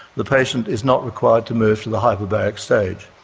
the patient is not required to move to the hyperbaric stage.